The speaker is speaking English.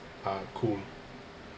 are cool